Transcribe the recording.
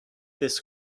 this